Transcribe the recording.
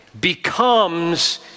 becomes